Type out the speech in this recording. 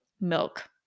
milk